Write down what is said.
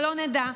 שלא נדע.